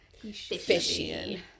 fishy